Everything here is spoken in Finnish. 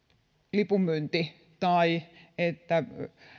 lipunmyynti tai